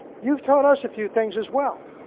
you've taught us a few things as well,